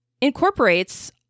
incorporates